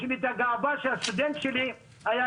יש לי את הגאווה שלי שהסטודנט שלי היה